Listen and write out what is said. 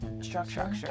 structure